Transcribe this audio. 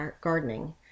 gardening